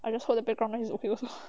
I just hope the background is okay also